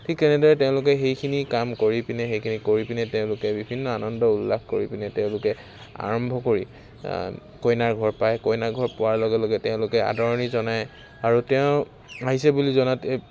ঠিক তেনেদৰে তেওঁলোকে সেইখিনি কাম কৰিপিনে সেইখিনি কৰিপিনে তেওঁলোকে বিভিন্ন আনন্দ উল্লাস কৰিপিনে তেওঁলোকে আৰম্ভ কৰি কইনাৰ ঘৰ পায় কইনাৰ ঘৰ পোৱাৰ লগে লগে তেওঁলোকে আদৰণি জনায় আৰু তেওঁ আহিছে বুলি জনাত এই